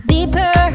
Deeper